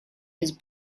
his